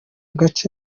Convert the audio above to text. gace